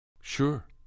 Sure